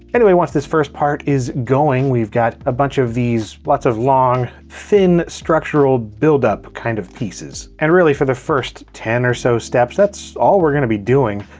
anyway, once this first part is going, we've got a bunch of these, lots of long, thin, structural buildup, kind of pieces. and really, for the first ten or so steps, that's all we're gonna be doing.